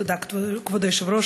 כבוד היושב-ראש,